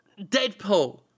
Deadpool